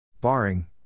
Barring